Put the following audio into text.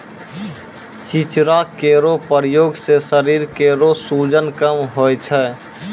चिंचिड़ा केरो प्रयोग सें शरीर केरो सूजन कम होय छै